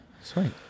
Sweet